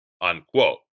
unquote